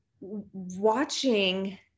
watching